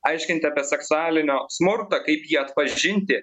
aiškinti apie seksualinio smurtą kaip jį atpažinti